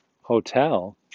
hotel